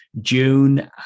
June